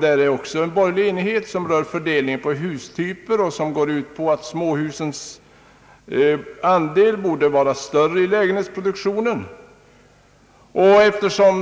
där också borgerlig enighet föreligger, rör fördelningen av hustyper, och den går ut på att småhusens andel i lägenhetsproduktionen bor de vara större.